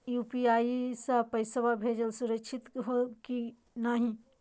UPI स पैसवा भेजना सुरक्षित हो की नाहीं?